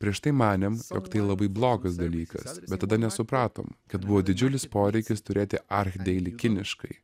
prieš tai manėm jog tai labai blogas dalykas bet tada nesupratom kad buvo didžiulis poreikis turėti archdeili kiniškai